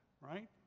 right